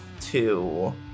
Two